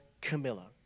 Camilla